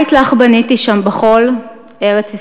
"ארץ-ישראל": "בית לך בניתי שם בחול/ ארץ-ישראל//